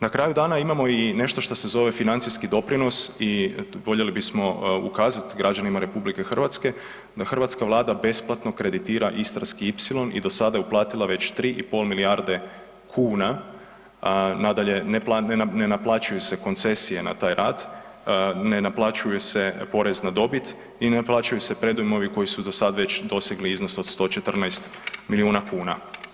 Na kraju dana imamo i nešto što se zove financijski doprinos i voljeli bismo ukazat građanima RH da hrvatska vlada besplatno kreditira Istarski ipsilon i do sada je uplatila već 3,5 milijarde kuna, nadalje ne naplaćuju se koncesije na taj rad, ne naplaćuju se porez na dobit i ne naplaćuju se predujmovi koji su do sad već dosegli iznos od 114 milijuna kuna.